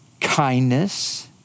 kindness